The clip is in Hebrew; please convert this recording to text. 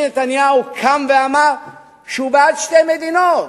נתניהו קם אמר שהוא בעד שתי מדינות,